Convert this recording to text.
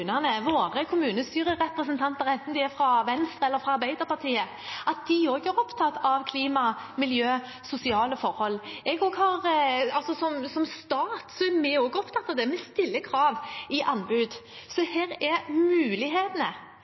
er fra Venstre eller fra Arbeiderpartiet, er opptatt av klima, miljø og sosiale forhold. Som stat er vi også opptatt av det, vi stiller krav i anbud. Her er mulighetene